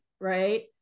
right